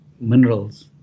minerals